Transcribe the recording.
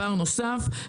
בחקלאות.